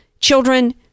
children